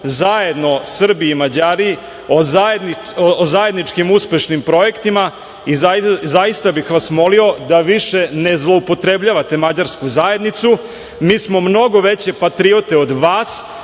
zajedno Srbi i Mađari o zajedničkim uspešnim projektima i zaista bih vas molio da više ne zloupotrebljavate mađarsku zajednicu. Mi smo mnogo veće patriote od vas,